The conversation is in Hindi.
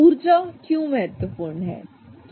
ऊर्जा क्यों महत्वपूर्ण है